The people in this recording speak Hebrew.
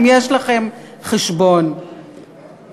אם יש לכם חשבון באנדורה,